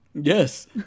Yes